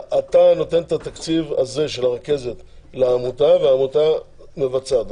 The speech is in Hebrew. אתה נותן את התקציב הזה של הרכזת לעמותה והעמותה מבצעת,